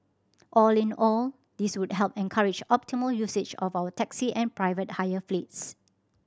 all in all this would help encourage optimal usage of our taxi and private hire fleets